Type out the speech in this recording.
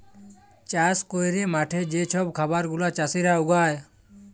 চাষ ক্যইরে মাঠে যে ছব খাবার গুলা চাষীরা উগায়